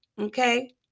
okay